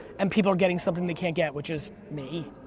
and people are getting something they can't get, which is me.